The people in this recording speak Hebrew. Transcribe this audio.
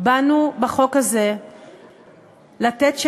ועושה: הוקם מפלג פשיעה לאומנית בימ"ר